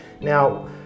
now